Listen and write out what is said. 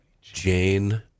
Jane